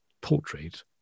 portrait